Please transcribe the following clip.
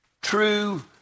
True